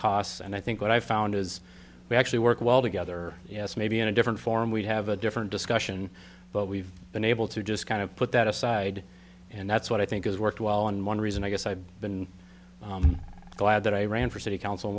costs and i think what i found is we actually work well together yes maybe in a different form we have a different discussion but we've been able to just kind of put that aside and that's what i think has worked well and one reason i guess i've been glad that i ran for city council